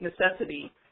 necessity